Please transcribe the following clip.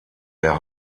der